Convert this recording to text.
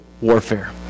warfare